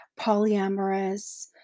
polyamorous